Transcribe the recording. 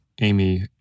Amy